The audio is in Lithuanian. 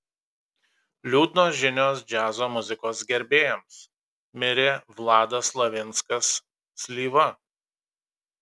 liūdnos žinios džiazo muzikos gerbėjams mirė vladas slavinskas slyva